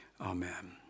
Amen